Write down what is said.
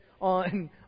on